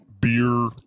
beer